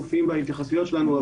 הם מופיעים בהתייחסויות שלנו,